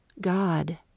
God